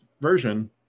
version